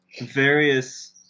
various